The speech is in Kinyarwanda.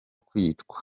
kwicwa